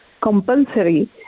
compulsory